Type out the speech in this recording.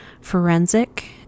forensic